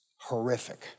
horrific